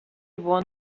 won